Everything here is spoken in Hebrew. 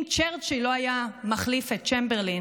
אם צ'רצ'יל לא היה מחליף את צ'מברלין